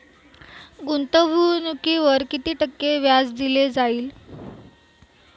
गुंतवणुकीवर किती टक्के व्याज दिले जाईल?